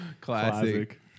classic